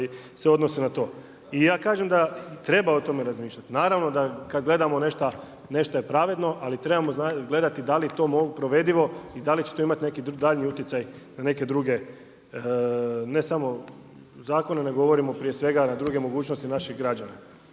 se odnose na to. I ja kažem da treba o tome razmišljati. Naravno kada gledamo nešta nešto je pravedno, ali trebamo gledati da li je to provedivo i da li će to imati neki daljnji utjecaj na neke druge ne samo zakone, nego govorimo prije svega na druge mogućnosti naših građana